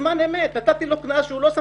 בזמן אמת נתתי לו קנס מכיוון שהוא לא חבש